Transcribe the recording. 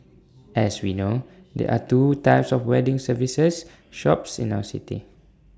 as we know there're two types of wedding services shops in our city